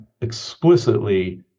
explicitly